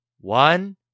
One